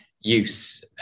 use